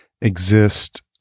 exist